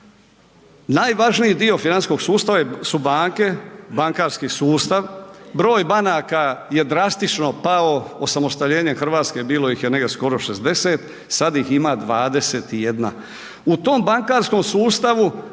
najvažniji dio financijskog sustava su banke, bankarski sustav, broj banaka je drastično pao, osamostaljenjem RH bilo ih je negdje skoro 60, sad ih ima 21. U tom bankarskom sustavu,